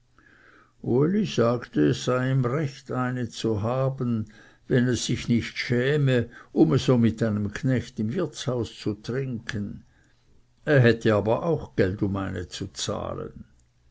uli sagte es sei ihm recht eine zu haben wenn es sich nicht schäme ume so mit einem knecht im wirtshause zu trinken er hätte aber auch geld um eine zu zahlen